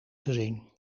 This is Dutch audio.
gezien